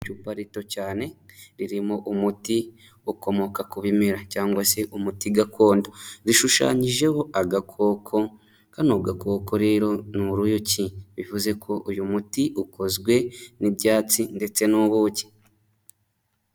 Icupa rito cyane ririmo umuti ukomoka ku bimera cyangwa se umuti gakondo, rishushanyijeho agakoko, kano gakoko rero ni uruyuki, bivuze ko uyu muti ukozwe n'ibyatsi ndetse n'ubuki.